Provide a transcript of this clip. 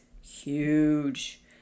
huge